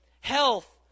Health